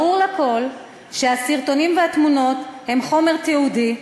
ברור לכול שהסרטונים והתמונות הם חומר תיעודי,